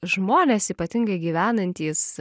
žmonės ypatingai gyvenantys